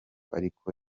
ariko